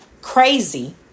crazy